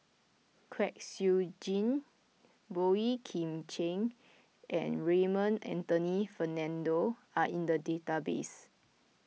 Kwek Siew Jin Boey Kim Cheng and Raymond Anthony Fernando are in the database